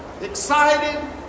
excited